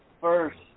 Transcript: first